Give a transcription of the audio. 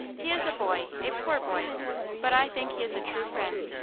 he is a boy, a poor boy but i think he is a true friend.